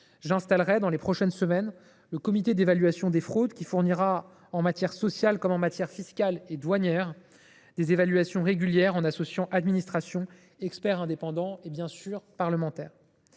J’installerai dans les prochaines semaines le Conseil de l’évaluation des fraudes, qui fournira en matière sociale comme en matière fiscale et douanière des évaluations régulières en associant administrations, experts indépendants et parlementaires.